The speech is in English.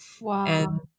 Wow